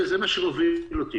זה מה שמוביל אותי.